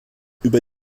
über